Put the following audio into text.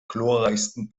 glorreichsten